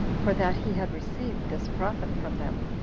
for that he had received this profit from them,